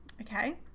Okay